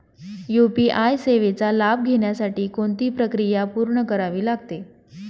UPI सेवेचा लाभ घेण्यासाठी कोणती प्रक्रिया पूर्ण करावी लागते?